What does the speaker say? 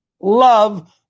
love